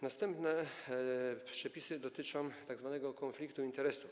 Następne przepisy dotyczą tzw. konfliktu interesów.